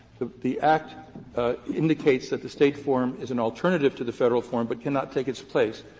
the the act indicates that the state form is an alternative to the federal form, but cannot take its place.